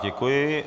Děkuji.